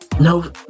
No